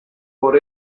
por